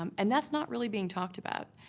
um and that's not really being talked about,